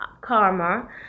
karma